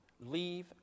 Leave